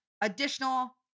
additional